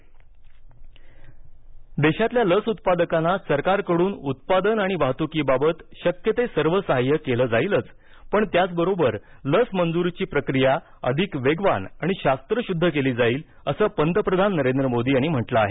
लस बैठक देशातील लस उत्पादकांना सरकारकडून उत्पादन आणि वाहतुकीबाबत शक्य ते सर्व सहाय्य केलं जाईलच पण त्याचबरोबर लस मंजुरीची प्रक्रिया अधिक वेगवान आणि शास्त्रशुद्ध केली जाईल असं पंतप्रधान नरेंद्र मोदी यांनी म्हटलं आहे